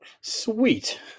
sweet